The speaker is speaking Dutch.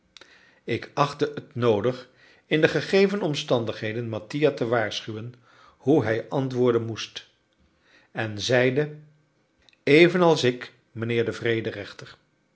ik achtte het noodig in de gegeven omstandigheden mattia te waarschuwen hoe hij antwoorden moest en zeide evenals ik mijnheer de vrederechter